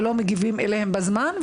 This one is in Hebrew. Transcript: ולא מגיבים אליהם בזמן,